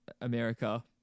America